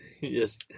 Yes